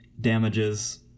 damages